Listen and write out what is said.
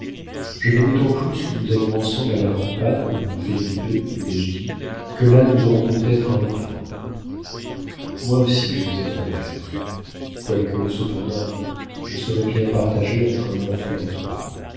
je veux d'autant plus que nous allions ensemble à la crampade felipe lui ai-je dit que là nous aurons peut-être un enfant moi aussi je veux être mère quoique cependant je serais bien partagée entre un enfant et toi